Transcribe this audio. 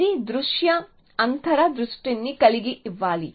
ఇది దృశ్య అంతర్ దృష్టిని ఇవ్వాలి